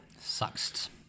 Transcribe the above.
Sucks